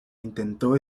intentó